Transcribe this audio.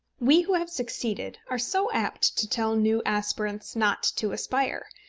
we who have succeeded are so apt to tell new aspirants not to aspire,